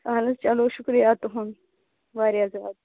اَہَن حظ چلو شُکریہ تُہُنٛد واریاہ زیادٕ